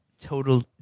total